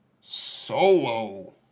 solo